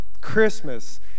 Christmas